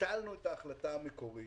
ביטלנו את ההחלטה המקורית